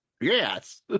Yes